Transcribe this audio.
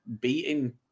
beating